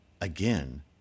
again